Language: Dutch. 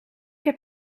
heb